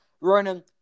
Ronan